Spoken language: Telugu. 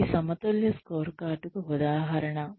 ఇది సమతుల్య స్కోర్కార్డ్ కు ఉదాహరణ